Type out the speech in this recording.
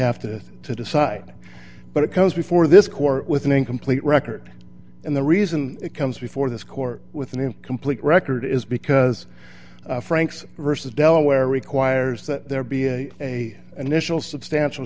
have to to decide but it comes before this court with an incomplete record and the reason it comes before this court with an incomplete record is because franks versus delaware requires that there be a a a an initial substantial